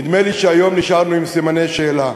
נדמה לי שהיום נשארנו עם סימני שאלה,